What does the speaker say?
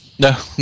No